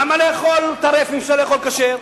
למה לאכול טרף אם אפשר לאכול כשר?